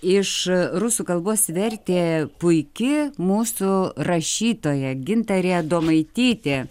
iš rusų kalbos vertė puiki mūsų rašytoja gintarė adomaitytė